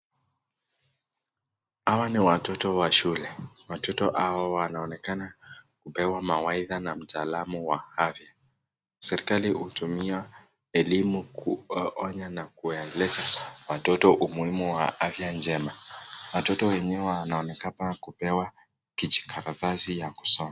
Hawa ni watoto wa shule , watoto hao wanaonekana kupewa mawaitha na mtaalamu wa afya, serikali hutumia elimu kuonya na kuonyesha watoto umuhimu wa afya njema, watoto wenyewe wanonekana kupewa kijikaratasi ya kusoma.